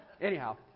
Anyhow